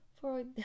For